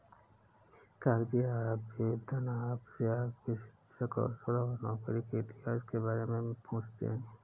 कागजी आवेदन आपसे आपकी शिक्षा, कौशल और नौकरी के इतिहास के बारे में पूछते है